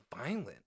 violent